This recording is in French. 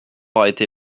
arrêter